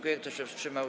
Kto się wstrzymał?